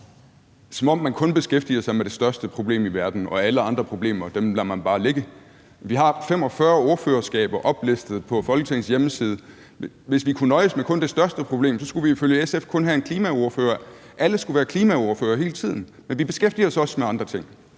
som om man kun beskæftiger sig med det største problem i verden og alle andre problemer lader man bare ligge. Vi har 45 ordførerskaber oplistet på Folketingets hjemmeside. Hvis vi kunne nøjes med kun det største problem, skulle vi ifølge SF kun have en klimaordfører, alle skulle være klimaordfører hele tiden, men vi beskæftiger os også med andre ting.